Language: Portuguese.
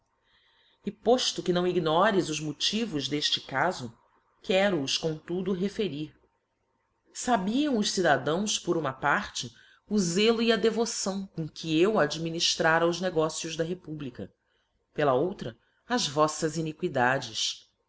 e pofto que não ignores os motivos defte calo quero os comtudo referir sabiam os cidadãos por uma parte o zelo e a devoção com que eu adminiftrara os negocieis da republica pela outra as voffas iniquidades